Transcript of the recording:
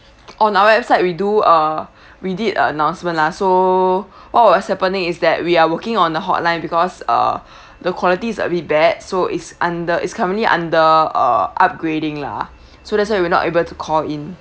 on our website we do uh we did a announcement lah so what was happening is that we are working on the hotline because uh the quality is a bit bad so it's under it's currently under uh upgrading lah so that's why you were not able to call in